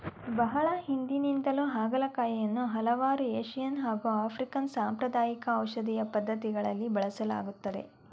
ಬಹಳ ಹಿಂದಿನಿಂದಲೂ ಹಾಗಲಕಾಯಿಯನ್ನು ಹಲವಾರು ಏಶಿಯನ್ ಹಾಗು ಆಫ್ರಿಕನ್ ಸಾಂಪ್ರದಾಯಿಕ ಔಷಧೀಯ ಪದ್ಧತಿಗಳಲ್ಲಿ ಬಳಸಲಾಗ್ತದೆ